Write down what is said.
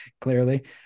clearly